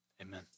Amen